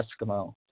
Eskimo